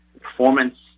performance